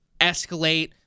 escalate